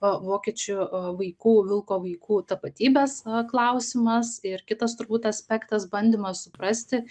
vokiečių vaikų vilko vaikų tapatybės klausimas ir kitas turbūt aspektas bandymas suprasti